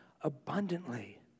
abundantly